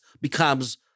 becomes